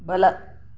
ಬಲ